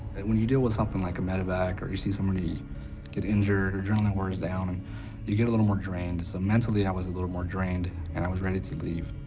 and when you deal with something like a medevac, or you see somebody get injured, your adrenaline wears down, and you get a little more drained. so mtally i was a little more drained, and i was ready to leave.